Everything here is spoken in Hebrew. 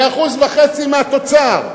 זה 1.5% מהתוצר.